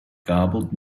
garbled